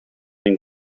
and